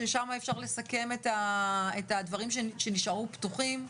ששם אפשר לסכם את הדברים שנשארו פתוחים.